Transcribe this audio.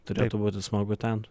turėtų būti smagu ten